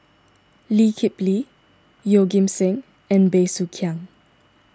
Lee Kip Lee Yeoh Ghim Seng and Bey Soo Khiang